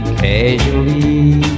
casually